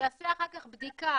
שיעשה אחר-כך בדיקה